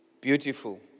Beautiful